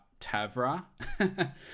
Tavra